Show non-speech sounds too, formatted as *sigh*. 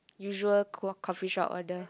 usual *noise* coffeshop order